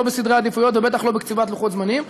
לא בסדרי העדיפויות ובטח לא בקציבת לוחות-זמנים.